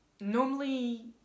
Normally